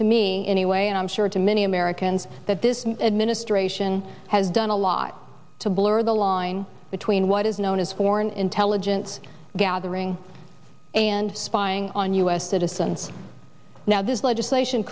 to me anyway and i'm sure to many americans that this administration has done a lot to blur the line between what is known as foreign intelligence gathering and spying on u s citizens now this legislation